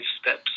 steps